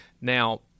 Now